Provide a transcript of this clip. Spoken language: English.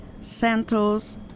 Santos